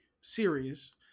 series